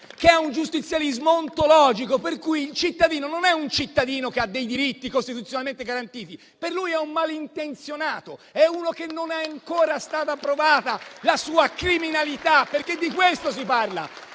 di un giustizialismo che è ontologico, per cui il cittadino non è un cittadino che ha dei diritti costituzionalmente garantiti: per lui è un malintenzionato, uno di cui ancora non è stata provata la criminalità. Di questo si parla.